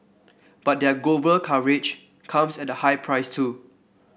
but their global coverage comes at a high price too